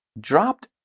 Dropped